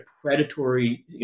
predatory